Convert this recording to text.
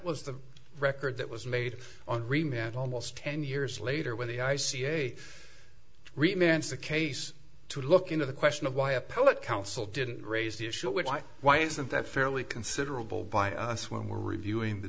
was the record that was made on remit almost ten years later when the i c a remains the case to look into the question of why appellate counsel didn't raise the issue why isn't that fairly considerable by us when we're reviewing the